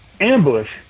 Ambush